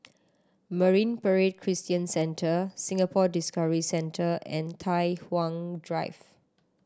Marine Parade Christian Centre Singapore Discovery Centre and Tai Hwan Drive